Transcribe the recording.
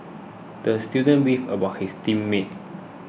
the student beefed about his team mates